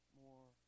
more